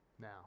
Now